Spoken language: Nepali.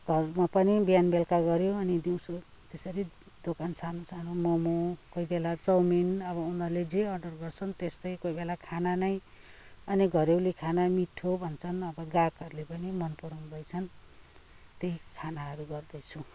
घरमा पनि बिहान बेलुका गर्यो अनि दिउँसो त्यसरी दोकान सानो सानो मोमो कोही कोही बेला चाउमिन अब उनीहरूले जे अर्डर गर्छन् त्यस्तै कोही बेला खाना नै अनि घरेउली खाना मिठो भन्छन् अब गाहकहरूले पनि मन पराउँदैछन् त्यही खानाहरू गर्दैछु